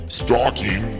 stalking